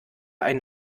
einen